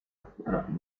potrafię